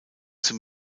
zum